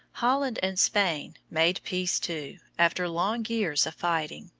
holland and spain made peace, too, after long years of fighting,